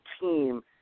team